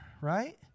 right